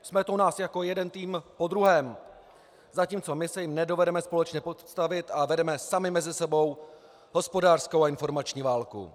Smetou nás jako jeden tým po druhém, zatímco my se jim nedovedeme společně postavit a vedeme sami mezi sebou hospodářskou a informační válku.